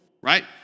right